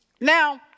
Now